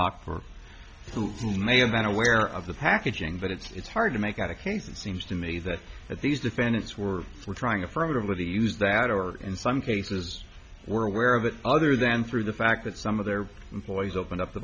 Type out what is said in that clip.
locke or who may have been aware of the packaging but it's hard to make a case it seems to me that these defendants were were trying affirmatively to use that or in some cases were aware of it other than through the fact that some of their employees open up the